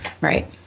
right